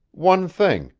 one thing,